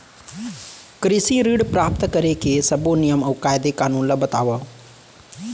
कृषि ऋण प्राप्त करेके सब्बो नियम अऊ कायदे कानून ला बतावव?